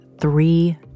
three